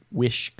wish